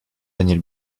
daniel